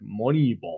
Moneyball